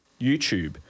YouTube